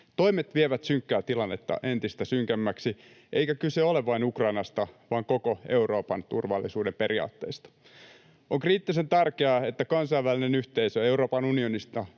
Toimet vievät synkkää tilannetta entistä synkemmäksi, eikä kyse ole vain Ukrainasta vaan koko Euroopan turvallisuuden periaatteista. On kriittisen tärkeää, että kansainvälinen yhteisö Euroopan unionista